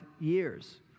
years